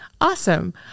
Awesome